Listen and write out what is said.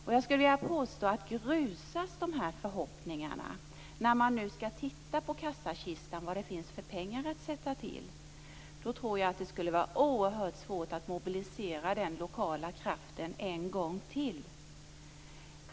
Om dessa förhoppningar grusas, när man nu skall se vad det finns för pengar i kassakistan att sätta till, tror jag att det skulle vara oerhört svårt att mobilisera den lokala kraften en gång till.